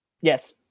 Yes